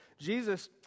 Jesus